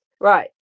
right